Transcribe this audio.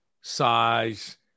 size